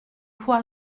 fois